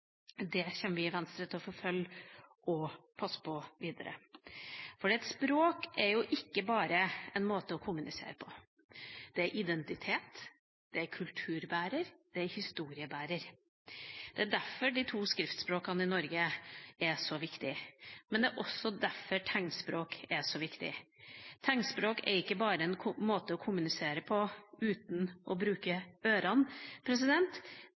vi i Venstre til å forfølge og passe på videre. For et språk er ikke bare en måte å kommunisere på, det er identitet, det er kulturbærer, det er historiebærer. Det er derfor de to skriftspråkene i Norge er så viktig, men det er også derfor tegnspråk er så viktig. Tegnspråk er ikke bare en måte å kommunisere på uten å bruke ørene,